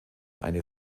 eine